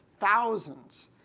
thousands